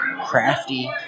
crafty